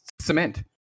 cement